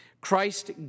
Christ